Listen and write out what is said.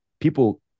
people